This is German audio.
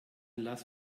lass